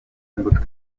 imbuto